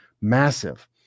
massive